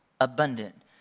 abundant